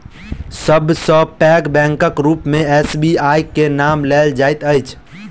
सब सॅ पैघ बैंकक रूप मे एस.बी.आई के नाम लेल जाइत अछि